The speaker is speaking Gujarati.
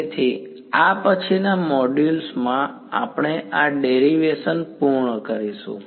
તેથી આ પછીના મોડ્યુલ માં આપણે આ ડેરીવેશન પૂર્ણ કરીશું